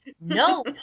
No